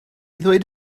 ddweud